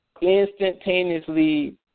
instantaneously